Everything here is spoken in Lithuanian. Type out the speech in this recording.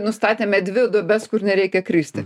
nustatėme dvi duobes kur nereikia kristi